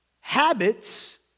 habits